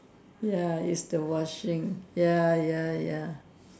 ya is the washing ya ya ya